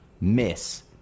miss